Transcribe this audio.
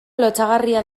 lotsagarria